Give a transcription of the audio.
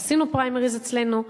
עשינו פריימריז אצלנו.